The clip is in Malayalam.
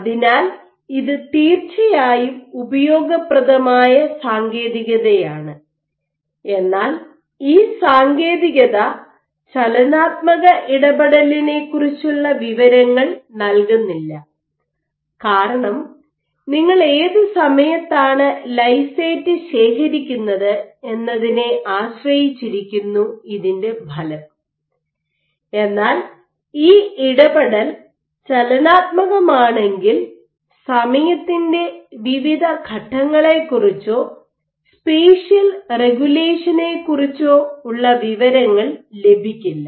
അതിനാൽ ഇത് തീർച്ചയായും ഉപയോഗപ്രദമായ സാങ്കേതികതയാണ് എന്നാൽ ഈ സാങ്കേതികത ചലനാത്മക ഇടപെടലിനെക്കുറിച്ചുള്ള വിവരങ്ങൾ നൽകുന്നില്ല കാരണം നിങ്ങൾ ഏത് സമയത്താണ് ലൈസേറ്റ് ശേഖരിക്കുന്നത് എന്നതിനെ ആശ്രയിച്ചിരിക്കുന്നു ഇതിൻറെ ഫലം എന്നാൽ ഈ ഇടപെടൽ ചലനാത്മകമാണെങ്കിൽ സമയത്തിന്റെ വിവിധ ഘട്ടങ്ങളെക്കുറിച്ചോ സ്പേഷ്യൽ റെഗുലേഷനെക്കുറിച്ചോ ഉള്ള വിവരങ്ങൾ ലഭിക്കില്ല